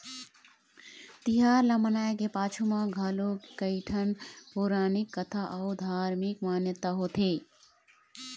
तिहार ल मनाए के पाछू म घलोक कइठन पउरानिक कथा अउ धारमिक मान्यता होथे